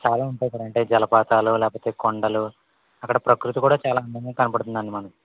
చాలా ఉంటాయ్ అక్కడ జలపాతాలు లేకపోతే కొండలు అక్కడ ప్రకృతి కూడ చాలా అందంగా కనపడుతుందండి మనకి